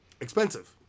expensive